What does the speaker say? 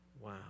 Wow